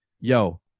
yo